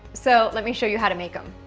so let me show you how to make em.